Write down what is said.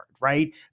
right